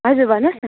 हजुर भन्नुहोस् न